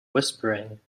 whispering